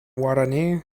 guarani